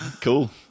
cool